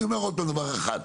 אני אומר דבר אחד,